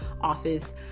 office